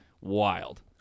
wild